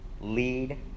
lead